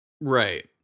Right